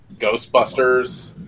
Ghostbusters